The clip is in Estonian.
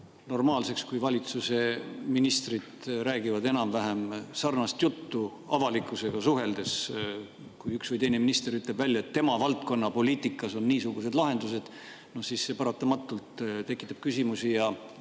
normaalseks, kui valitsuse ministrid räägivad enam-vähem sarnast juttu avalikkusega suheldes. Kui üks või teine minister ütleb välja, et tema valdkonna poliitikas on niisugused lahendused, siis see paratamatult tekitab küsimusi ja